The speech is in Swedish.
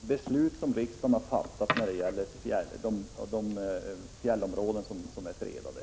beslut som riksdagen har fattat när det gäller de fjällnära områden som är fredade.